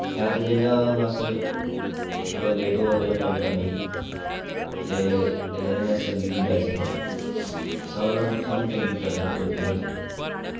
फाइदे जि'यां हुन अस कुतै लेट होआ दे होन्ने जाने ई ते एह्दे कन्नै अस जल्दी जल्दी जाई सकने साढ़ा स्हानू जल्दी पजाई सकदा कोई जगह च